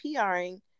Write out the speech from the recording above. PRing